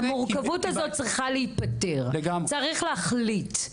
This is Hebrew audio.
המורכבות הזו צריכה להיפטר, צריך להחליט.